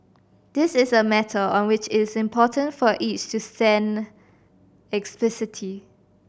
this is a matter on which it is important for each to take a stand explicitly